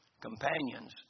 Companions